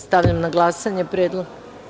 Stavljam na glasanje predlog.